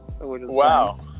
Wow